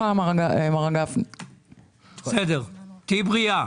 תהיי בריאה.